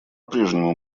прежнему